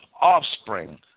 offspring